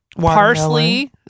Parsley